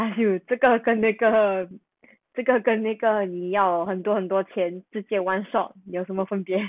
但是这个跟那个这个跟那个你要很多很多钱直接 one shot 有什么分别